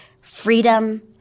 freedom